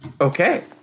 Okay